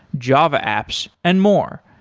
java apps and more.